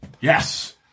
Yes